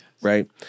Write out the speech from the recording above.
right